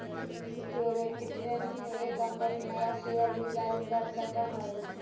security training में एक company नया शेयर भी जारी कर सकऽ हई